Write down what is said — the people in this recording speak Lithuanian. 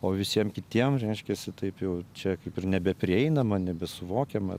o visiem kitiem reiškiasi taip jau čia kaip ir nebeprieinama nebesuvokiama